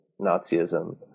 Nazism